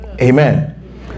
Amen